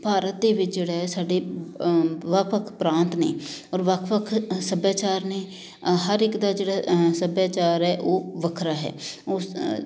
ਭਾਰਤ ਦੇ ਵਿੱਚ ਜਿਹੜਾ ਹੈ ਸਾਡੇ ਵੱਖ ਵੱਖ ਪ੍ਰਾਂਤ ਨੇ ਔਰ ਵੱਖ ਵੱਖ ਸੱਭਿਆਚਾਰ ਨੇ ਹਰ ਇੱਕ ਦਾ ਜਿਹੜਾ ਸੱਭਿਆਚਾਰ ਹੈ ਉਹ ਵੱਖਰਾ ਹੈ ਉਸ